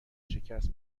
شکست